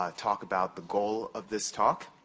um talk about the goal of this talk.